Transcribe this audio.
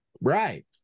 right